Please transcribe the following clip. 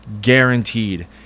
guaranteed